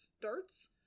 darts